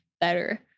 better